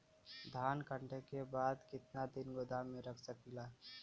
धान कांटेके बाद कितना दिन तक गोदाम में रख सकीला?